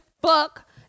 fuck